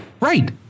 Right